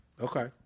Okay